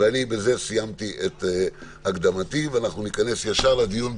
בזה סיימתי את הקדמתי ואנחנו ניכנס ישר לדיון,